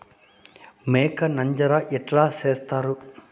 మేక నంజర ఎట్లా సేస్తారు?